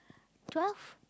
twelve